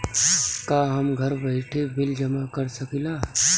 का हम घर बइठे बिल जमा कर शकिला?